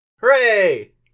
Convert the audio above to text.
Hooray